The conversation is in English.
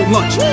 Lunch